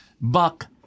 Buck